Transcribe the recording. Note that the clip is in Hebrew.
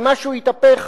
שמשהו יתהפך.